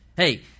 hey